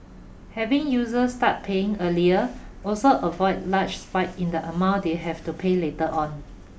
having users start paying earlier also avoid large spikes in the amount they have to pay later on